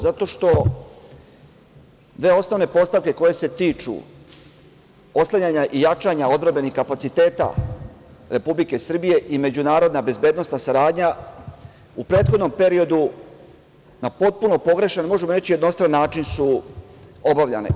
Zato što deo osnovne postavke koje se tiču oslanjanja i jačanja odbrambenih kapaciteta Republike Srbije i međunarodna bezbednosna saradnja u prethodnom periodu na potpuno pogrešan, možemo reći jednostran način, su obavljane.